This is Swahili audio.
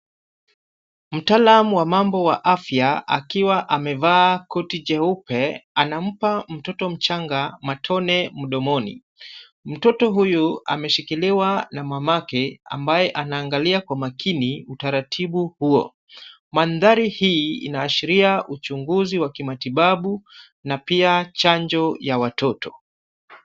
Mtaalam wa mambo wa afya akiwa amevaa koti jeupe anampa mtoto mchanga matone mdomoni. Mtoto huyo ameshikiliwa na mamake ambaye anaangalia kwa maakini utaratibu huo. mandhari hii unaashiria uchunguzi wa kimatibabu na pia chanjo ya watoto.